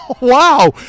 Wow